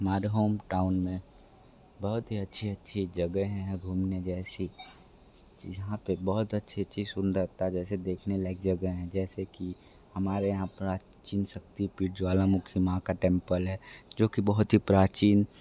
हमारे होमटाउन में बहुत ही अच्छी अच्छी जगहें हैं घूमने जैसी जहाँ पे बहुत अच्छी अच्छी सुंदरता जैसे देखने लायक जगह हैं जैसे कि हमारे यहाँ प्राचीन शक्तीपीठ ज्वालामुखी माँ का टेंपल है जो की बहुत ही प्राचीन